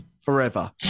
forever